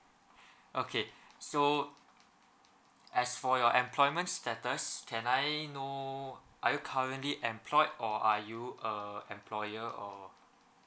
okay so as for your employment status can I know are you currently employed or are you a employer or